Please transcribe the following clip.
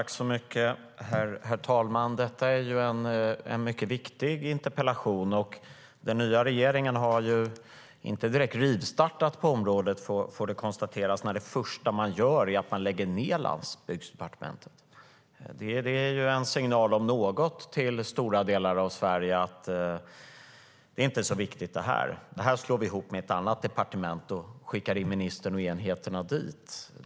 Herr talman! Detta är en mycket viktig interpellation. Den nya regeringen har inte direkt rivstartat på området, får det konstateras, när det första man gör är att lägga ned Landsbygdsdepartementet. Det är en signal om någon till stora delar av Sverige om att det här inte är så viktigt: Det här slår vi ihop med ett annat departement, och så skickar vi in ministern och enheterna dit.